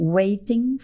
waiting